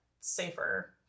safer